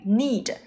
need